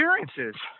experiences